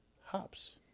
hops